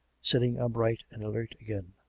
sitting up right and alert again.